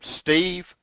Steve